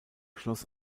schloss